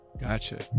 Gotcha